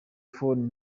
phone